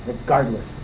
regardless